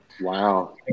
wow